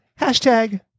Hashtag